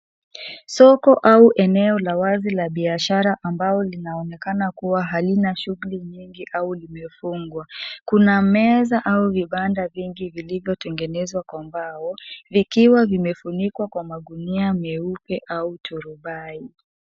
Soko au eneo la wazi la biashara ambao linaonekana kuwa halina shughuli nyingi au limefungwa. Kuna meza au vibanda vingi vilivyotengenezwa kwa mbao, vikiwa vimefunikwa kwa magunia meupe au turubai.